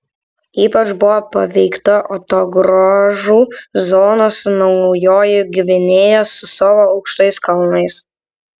ypač buvo paveikta atogrąžų zonos naujoji gvinėja su savo aukštais kalnais